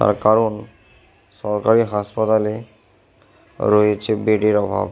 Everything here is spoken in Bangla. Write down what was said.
তার কারণ সরকারি হাসপাতালে রয়েছে বেডের অভাব